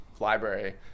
library